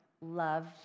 loved